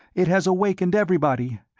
it has awakened everybody.